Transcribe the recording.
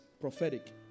prophetic